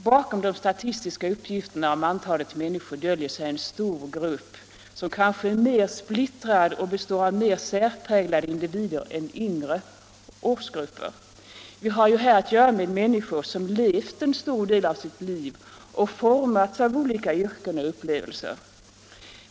Bakom de statistiska uppgifterna om antalet människor döljer sig en stor grupp, som kanske är mera splittrad och består av mer särpräglade individer än yngre årsgrupper. Vi har ju här att göra med människor, som levt en stor del av sitt liv och formats av olika yrken och upplevelser.